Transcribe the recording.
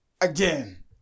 again